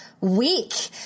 week